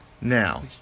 Now